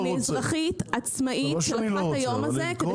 אני אזרחית עצמאית ולקחתי את היום הזה כדי